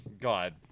God